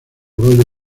roger